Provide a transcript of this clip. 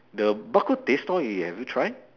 the bak-kut-teh store you have you try